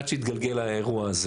עד שהתגלגל האירוע הזה